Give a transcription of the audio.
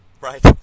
right